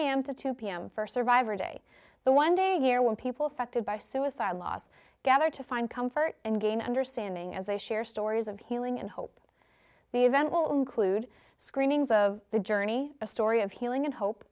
am to two pm for survivor day the one day a year when people affected by suicide last gather to find comfort and gain understanding as they share stories of healing and hope the event will include screenings of the journey a story of healing and hope